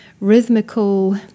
rhythmical